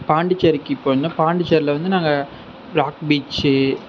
பாண்டிசேரிக்கு போயிருந்தோம் பாண்டிச்சேரியில வந்து நாங்கள் பிளாக் பீச்